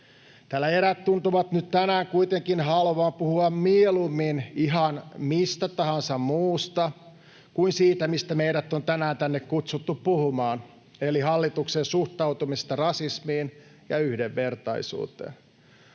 eräät tuntuvat nyt tänään kuitenkin haluavan puhua mieluummin ihan mistä tahansa muusta kuin siitä, mistä meidät on tänään tänne kutsuttu puhumaan, eli hallituksen suhtautumisesta rasismiin ja yhdenvertaisuuteen.